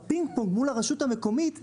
הפינג-פונג מול הרשות המקומית,